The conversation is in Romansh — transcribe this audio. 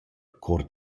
cor